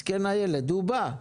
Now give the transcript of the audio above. מסכן הילד, הוא בא.